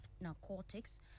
narcotics